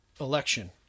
election